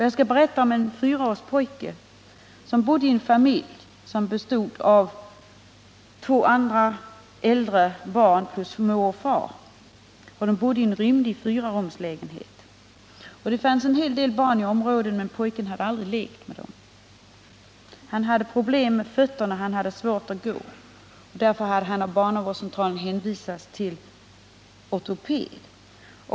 Jag skall berätta om en fyraårig pojke som bodde i en familj som bestod av två andra äldre barn samt mor och far. De bodde i en rymlig fyrarumslägenhet. Det fanns många barn i området, men pojken hade aldrig lekt med dem. Han hade problem med fötterna och hade svårt att gå. Därför hade han av barnavårdscentralen hänvisats till en ortoped.